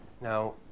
Now